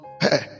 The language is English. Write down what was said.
Hey